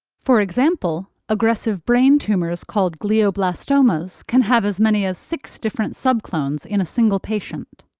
for example, aggressive brain tumors called glioblastomas can have as many as six different subclones in a single patient.